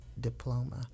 diploma